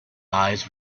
eyes